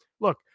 look